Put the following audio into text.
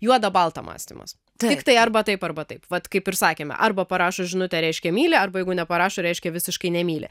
juoda balta mąstymas tiktai arba taip arba taip pat kaip ir sakėme arba parašo žinutę reiškia myli arba jeigu neparašo reiškia visiškai nemyli